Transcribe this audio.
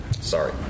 Sorry